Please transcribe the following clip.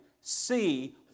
see